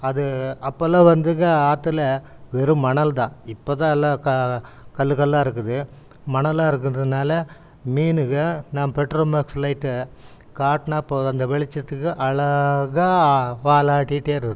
அது அப்போல்லாம் வந்துங்க ஆற்றுல வெறும் மணல் தான் இப்போ தான் எல்லாம் கல் கல்லாக இருக்குது மணலாக இருக்கிறதுனால மீனுகள் நான் பெட்ரோமாக்ஸ் லைட்டை காட்டினா போதும் அந்த வெளிச்சத்துக்கு அழகாக வாலாட்டிகிட்டே இருக்கும்